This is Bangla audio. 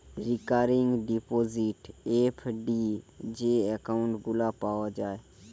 রিকারিং ডিপোজিট, এফ.ডি যে একউন্ট গুলা পাওয়া যায়